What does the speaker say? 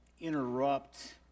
interrupt